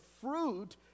fruit